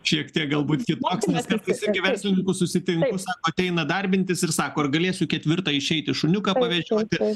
šiek tiek galbūt kitoks nes kartais verslininkų susitinku sako ateina darbintis ir sako ar galėsiu ketvirtą išeiti šuniuką pavedžioti